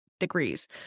degrees